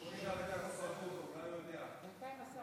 יש ישיבת ממשלה, אולי בגלל זה.